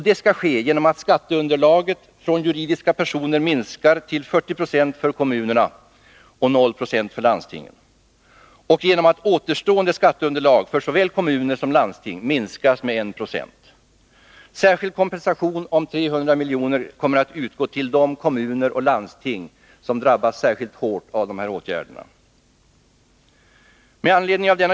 Detta skall ske genom att skatteunderlaget från juridiska personer minskar till 40 96 för kommuner och 0 96 för landsting samt genom att återstående skatteunderlag för såväl kommuner som landsting minskas med 1 96. Särskild kompensation om 300 milj.kr. kommer att utgå till de kommuner och landsting som drabbas särskilt hårt av åtgärderna.